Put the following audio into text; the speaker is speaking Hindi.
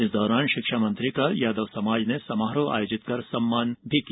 इस दौरान शिक्षा मंत्री का यादव समाज ने समारोह आयोजित कर सम्मान भी किया